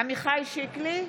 עמיחי שיקלי,